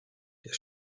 der